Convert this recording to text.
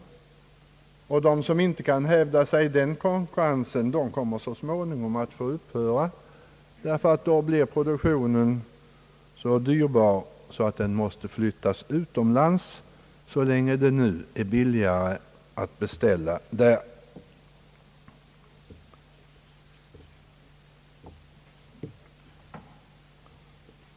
De som inte kan hävda sig i den konkurrensen kommer så småningom att få upphöra med sin verksamhet, därför att då blir produktionen så dyrbar att den måste flytta utomlands så länge det är billigare att driva framställningen där.